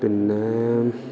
പിന്നെ